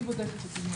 אני בודקת את זה מיד.